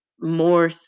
more